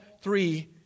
three